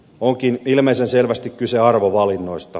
onkin ilmeisen selvästi kyse arvovalinnoista